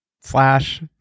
slash